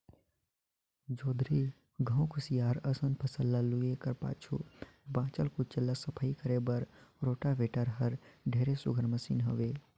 जोंधरी, गहूँ, कुसियार असन फसल ल लूए कर पाछू बाँचल खुचल ल सफई करे बर रोटावेटर हर ढेरे सुग्घर मसीन हवे